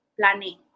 planning